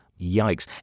Yikes